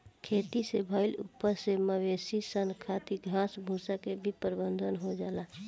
खेती से भईल उपज से मवेशी सन खातिर घास भूसा के भी प्रबंध हो जाला